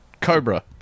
Cobra